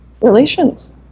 relations